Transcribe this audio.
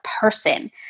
person